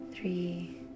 three